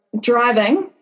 driving